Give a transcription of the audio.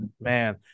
man